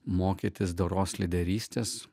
mokytis doros lyderystės